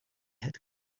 had